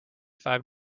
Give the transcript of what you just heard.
five